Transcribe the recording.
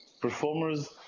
performers